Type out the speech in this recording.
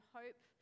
hope